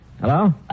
Hello